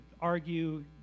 argue